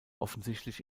offensichtlich